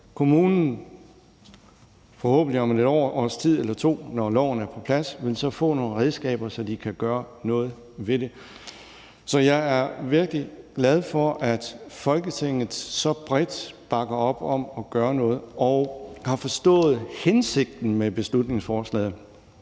Kommunen vil så forhåbentlig om et års tid eller to, når loven er på plads, få nogle redskaber, så man kan gøre noget ved det. Så jeg er virkelig glad for, at Folketinget så bredt bakker op om at gøre noget og har forstået hensigten med beslutningsforslaget.